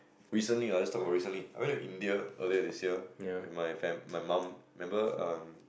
recently lah let's talk about recently I went to India earlier this year with my fam~ my mum remember um